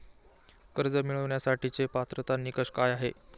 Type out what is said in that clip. कर्ज मिळवण्यासाठीचे पात्रता निकष काय आहेत?